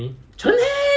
split the words